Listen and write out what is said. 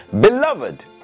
beloved